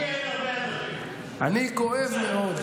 כואב מאוד.